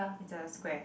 it's a square